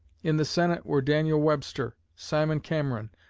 in the senate were daniel webster, simon cameron,